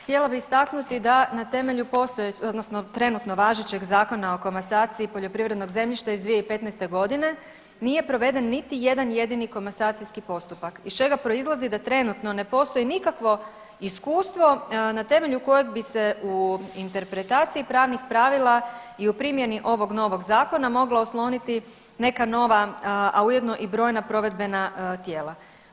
Htjela bi istaknuti da na temelju postojećeg odnosno trenutno važećeg Zakona o komasaciji poljoprivrednog zemljišta iz 2015. godine nije proveden niti jedan jedini komasacijski postupak iz čega proizlazi da trenutno ne postoji nikakvo iskustvo na temelju kojeg bi se u interpretaciji pravih pravila i u primjeni ovog novog zakona mogla osloniti neka nova, a ujedno i brojna provedbena tijela.